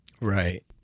Right